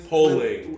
Polling